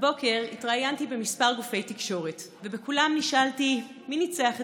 הבוקר התראיינתי בכמה גופי תקשורת ובכולם נשאלתי: מי ניצח אתמול,